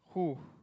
who